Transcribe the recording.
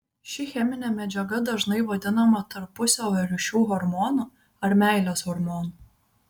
ši cheminė medžiaga dažnai vadinama tarpusavio ryšių hormonu ar meilės hormonu